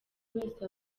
wese